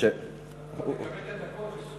הוא יכול לקבל את הכול?